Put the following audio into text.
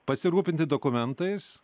pasirūpinti dokumentais